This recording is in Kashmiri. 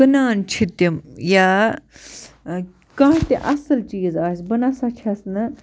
کٕنان چھِ تِم یا کانٛہہ تہِ اَصٕل چیٖز آسہِ بہٕ نسا چھَس نہٕ